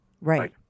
Right